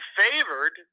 favored